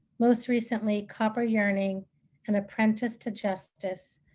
most recently, copper yearning and apprenticed to justice,